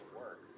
work